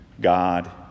God